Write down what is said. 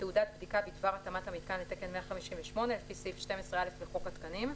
תעודת בדיקה בדבר התאמת המיתקן לתקן 158 לפי סעיף 12(א) לחוק התקנים,